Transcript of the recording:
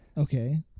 Okay